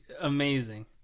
amazing